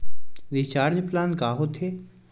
Recharge plan का होथे?